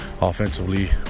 offensively